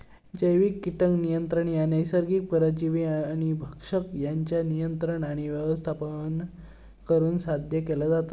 जैविक कीटक नियंत्रण ह्या नैसर्गिक परजीवी आणि भक्षक यांच्या नियंत्रण आणि व्यवस्थापन करुन साध्य केला जाता